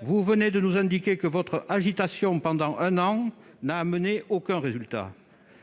Vous venez d'indiquer que votre agitation pendant un an n'a conduit à aucun résultat.